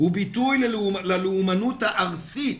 הוא ביטוי ללאומנות הארסית